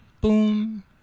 boom